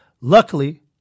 Luckily